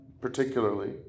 particularly